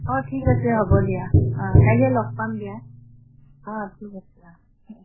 অঁ ঠিক আছে হ'ব দিয়া অঁ আইলে লগ পাম দিয়া অঁ ঠিক আছে অঁ